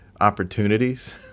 opportunities